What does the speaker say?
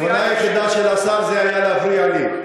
הכוונה היחידה של השר הייתה להפריע לי.